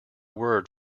word